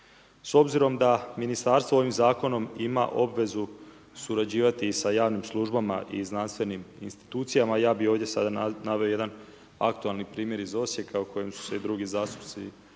S obzirom da ministarstvo ovim zakonom ima obvezu surađivati sa javnim službama i znanstvenim institucijama, ja bi sada ovdje naveo jedan aktualni primjer iz Osijeka, u kojem su se i drugi zastupnici